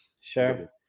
Sure